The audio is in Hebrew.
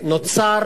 נוצר